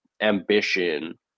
ambition